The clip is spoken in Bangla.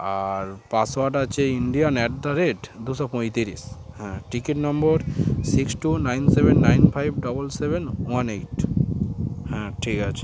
আর পাসওয়ার্ড আছে ইন্ডিয়ান অ্যাট দা রেট দুশো পঁয়তিরিশ হ্যাঁ ticket number six two nine seven nine five double seven one eight হ্যাঁ ঠিক আছে